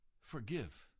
Forgive